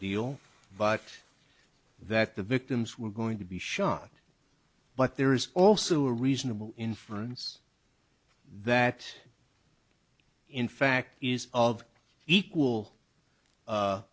deal but that the victims were going to be shot but there is also a reasonable inference that in fact is of equal